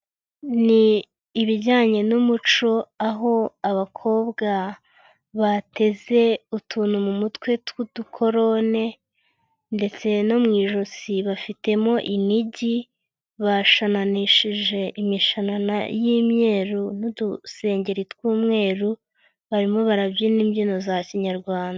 Ni ibijyanye n'umuco aho abakobwa bateze utuntu mu mutwe tw'udukorone ndetse no mu ijosi bafitemo inigi, bashananishije imishanana y'imyeru n'udusengeri tw'umweru, barimo barabyina imbyino za Kinyarwanda.